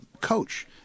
coach